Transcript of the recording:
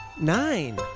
Nine